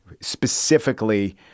specifically